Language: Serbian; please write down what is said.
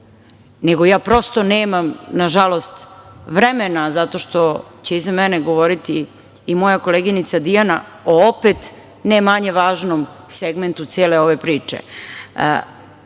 nego ja prosto nemam, nažalost vremena, zato što će iza mene govoriti i moja koleginica Dijana, o opet ne manje važnom segmentu cele ove priče.